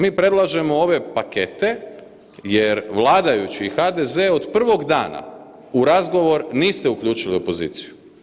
Mi predlažemo ove pakete jer vladajući i HDZ od prvog dana u razgovor niste uključili opoziciju.